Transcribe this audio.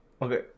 Okay